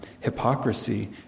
hypocrisy